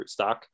rootstock